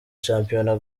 shampiyona